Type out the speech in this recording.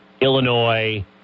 Illinois